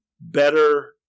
better